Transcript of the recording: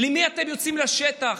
למי אתם יוצאים לשטח,